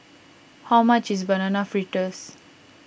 how much is Banana Fritters